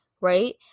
right